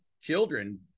children